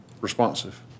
responsive